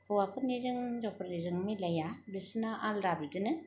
हौवाफोरनिजों हिनजावफोरनिजों मिलाया बिसोरना आलादा बिदिनो